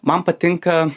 man patinka